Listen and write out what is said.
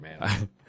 man